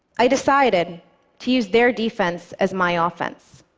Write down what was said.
i decided to use their defense as my offense,